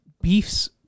beefs